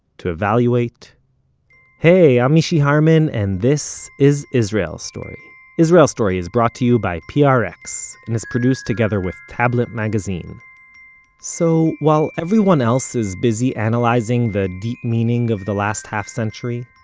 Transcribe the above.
to evaluate hey, i'm mishy harman, and this is israel story israel story is brought to you by prx, and is produced together with tablet magazine so, while everyone else is busy analyzing the deep meaning of the last half-century,